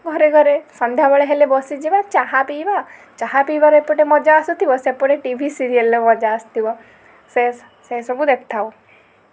ଘରେ ଘରେ ସନ୍ଧ୍ୟାବେଳ ହେଲେ ବସିଯିବା ଚାହା ପିଇବା ଚାହା ପିଇବାରେ ଏପଟେ ମଜା ଆସୁଥିବ ସେପଟେ ଟି ଭି ସିରିଏଲ୍ର ମଜା ଆସୁଥିବ ସେ ସେସବୁ ଦେଖୁଥାଉ